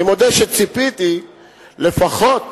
אני מודה שציפיתי לפחות